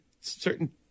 certain